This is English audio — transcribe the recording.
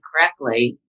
correctly